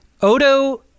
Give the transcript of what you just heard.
Odo